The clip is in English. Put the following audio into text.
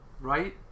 right